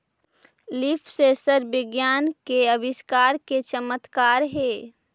leaf sensor विज्ञान के आविष्कार के चमत्कार हेयऽ